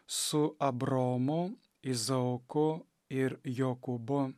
su abraomu izaoku ir jokūbu